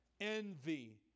envy